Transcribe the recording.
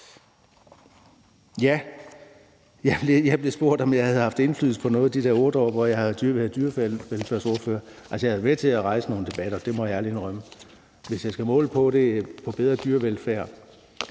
Jeg blev spurgt, om jeg havde haft indflydelse på noget i de her 8 år, hvor jeg har siddet og været dyrevelfærdsordfører. Jeg har været med til at rejse nogle debatter, må jeg ærligt indrømme. Hvis jeg skal måle det i forhold til bedre dyrevelfærd,